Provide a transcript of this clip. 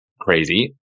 crazy